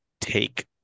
take